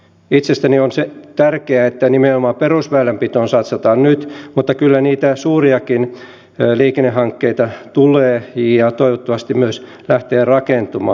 itsestäni on tärkeää että nimenomaan perusväylänpitoon satsataan nyt mutta kyllä niitä suuriakin liikennehankkeita tulee ja toivottavasti myös lähtee rakentumaan